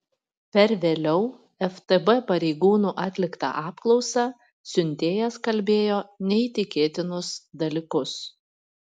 per vėliau ftb pareigūnų atliktą apklausą siuntėjas kalbėjo neįtikėtinus dalykus